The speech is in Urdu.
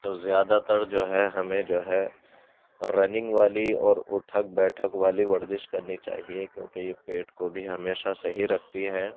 تو زیادہ تر جو ہے ہمیں جو ہے رننگ والی اور اٹھک بیٹھک والی ورزش کرنی چاہیے کیونکہ یہ پیٹ کو بھی ہمیشہ صحیح رکھتی ہے